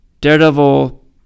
Daredevil